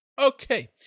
Okay